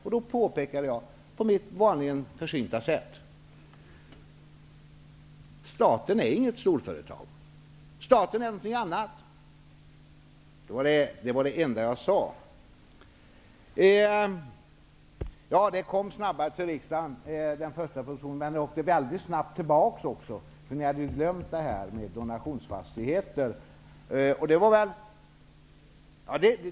Jag påpekade då på mitt som vanligt försynta sätt att staten inte är något storföretag. Staten är någonting annat. Det var det enda jag sade om detta. Det är riktigt att den första propositionen kom väldigt snabbt till riksdagen. Men den sändes också mycket snabbt tillbaka, eftersom ni hade glömt detta med donationsfastigheter.